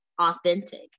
authentic